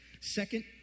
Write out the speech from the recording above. Second